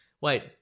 wait